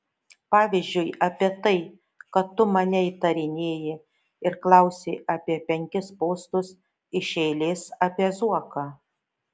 pavyzdžiui apie tai kad tu mane įtarinėji ir klausi apie penkis postus iš eilės apie zuoką